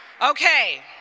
Okay